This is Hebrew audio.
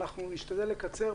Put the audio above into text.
אנחנו נשתדל לקצר.